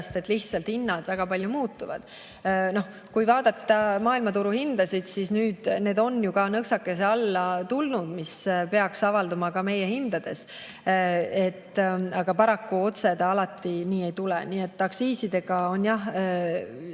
lihtsalt muutuvadki väga palju. Kui vaadata maailmaturuhindasid, siis need on ju ka nõksake alla tulnud, mis peaks avalduma ka meie hindades. Aga paraku otse ta alati nii ei tule. Nii et aktsiiside puhul